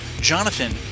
Jonathan